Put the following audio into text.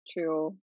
True